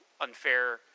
unfair